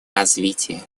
развитие